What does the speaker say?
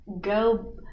go